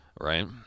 Right